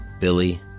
Billy